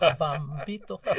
ah bombito